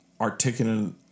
articulate